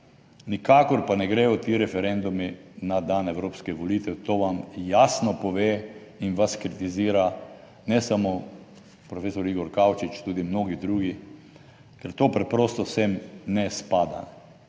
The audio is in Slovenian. Nikakor pa ne gredo ti referendumi na dan evropskih volitev to vam jasno pove in vas kritizira, ne samo profesor Igor Kavčič tudi mnogi drugi, ker to preprosto sem ne spada.